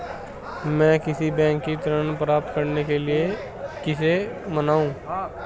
मैं किसी बैंक को ऋण प्राप्त करने के लिए कैसे मनाऊं?